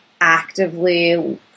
actively